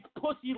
pussy